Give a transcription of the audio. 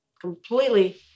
completely